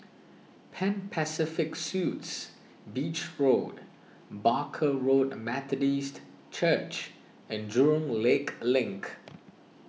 Pan Pacific Suites Beach Road Barker Road Methodist Church and Jurong Lake Link